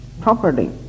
property